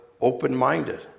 open-minded